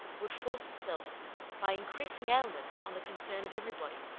would force itself by increasing ailments on the concern of every body,